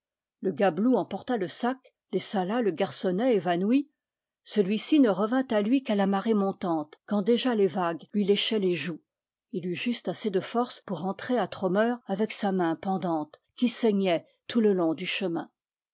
le ga belou emporta le sac laissa là le garçonnet évanoui celuici ne revint à lui qu'à la marée montante quand déjà les vagues lui léchaient les joues il eut juste assez de force pour rentrer à trômeur avec sa main pendante qui saignait tout le long du chemin